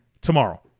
tomorrow